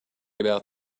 about